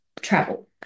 travel